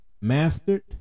mastered